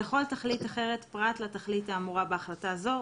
לכל תכלית אחרת פרט לתכלית האמורה בהחלטה זו,